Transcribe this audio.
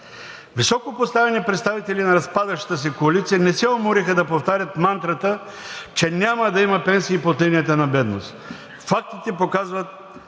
Високопоставени представители на разпадащата се коалиция не се умориха да повтарят мантрата, че няма да има пенсии под линията на бедност. Фактите показват